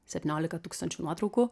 septyniolika tūkstančių nuotraukų